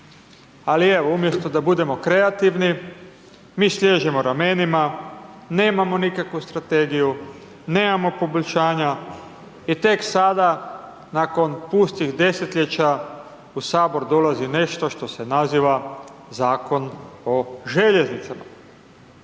Ali evo, umjesto da budemo kreativni, mi sliježemo ramenima, nemamo nikakvu strategiju, nemamo poboljšanja i tek sada, nakon pustih desetljeća, u HS dolazi nešto što se naziva Zakon o željeznicama.